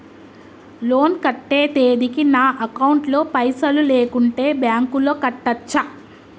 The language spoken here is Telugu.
లోన్ కట్టే తేదీకి నా అకౌంట్ లో పైసలు లేకుంటే బ్యాంకులో కట్టచ్చా?